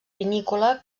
vinícola